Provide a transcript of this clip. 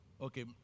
Okay